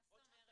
מה זאת אומרת?